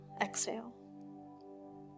exhale